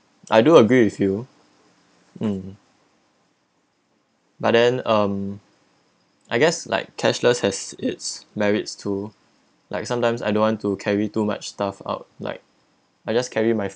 I do agree with you mm but then um I guess like cashless has its merits too like sometimes I don't want to carry too much stuff out like I just carry my